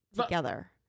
Together